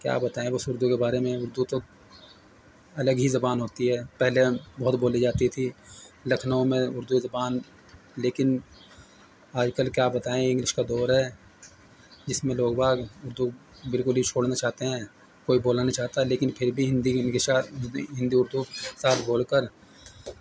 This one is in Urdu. کیا بتائیں بس اردو کے بارے میں اردو تو الگ ہی زبان ہوتی ہے پہلے یہاں بہت بولی جاتی تھی لکھنؤ میں اردو زبان لیکن آج کل کیا بتائیں انگلش کا دور ہے جس میں لوگ باگ اردو بالکل ہی چھوڑنا چاہتے ہیں کوئی بولنا نہیں چاہتا لیکن پھر بھی ہندی انگلی کے ساتھ ہندی اردو ساتھ بول کر